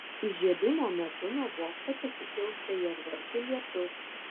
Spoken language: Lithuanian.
įžiebimo metu nuo bokšto pasipils fejerverkų lietus